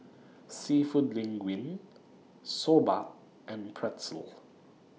Seafood Linguine Soba and Pretzel